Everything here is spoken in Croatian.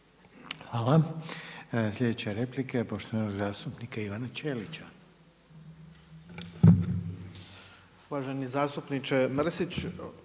Hvala. Sljedeća replika je poštovane zastupnice Marije